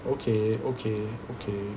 okay okay okay